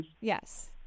yes